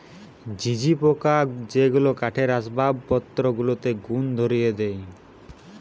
ঝিঝি পোকা যেগুলা কাঠের আসবাবপত্র গুলাতে ঘুন ধরিয়ে দিতেছে